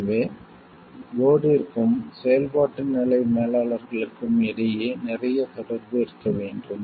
எனவே போர்ட்ற்கும் செயல்பாட்டு நிலை மேலாளர்களுக்கும் இடையே நிறைய தொடர்பு இருக்க வேண்டும்